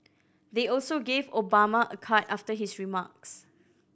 they also gave Obama a card after his remarks